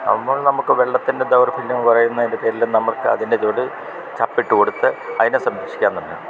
നമ്മൾ നമുക്ക് വെള്ളത്തിൻ്റെ ദൗർഭല്യം കുറയുന്നതിന്റെ പേരിൽ നമുക്ക് അതിൻ്റെ ചോട് ചപ്പിട്ട് കൊട്ത്ത് അതിനെ സംരക്ഷിക്കാവുന്നതാണ്